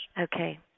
Okay